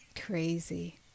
crazy